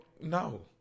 no